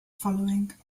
following